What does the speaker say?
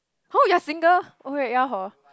!huh! you're single oh wait ya hor